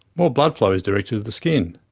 more blood flow is directed to the skin.